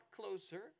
closer